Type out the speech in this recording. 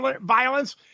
violence